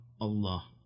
Allah